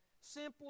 simply